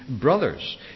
brothers